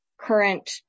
current